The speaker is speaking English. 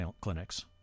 clinics